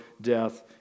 death